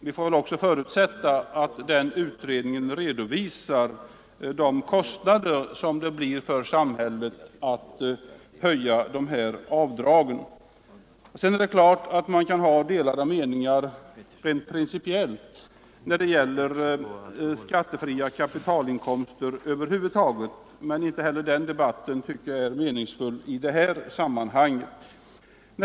Vi får också förutsätta att utredningen redovisar de kostnader som en höjning av dessa avdrag kommer att innebära för samhället. Sedan kan man givetvis ha delade meningar rent principiellt när det gäller skattefria kapitalinkomster över huvud taget, men inte heller den debatten är meningsfull i det här sammanhanget.